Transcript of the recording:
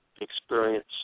experience